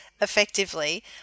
effectively